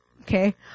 Okay